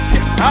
Yes